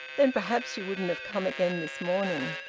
then perhaps you wouldn't have come again this morning.